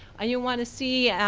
ah you wanna see, yeah